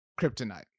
kryptonite